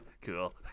Cool